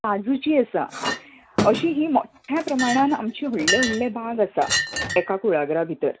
काजूचीं आसा अशीं हीं मोठ्या प्रमाणान आमचे व्हडले व्हडले बाग आसा एका कुळागरा भितर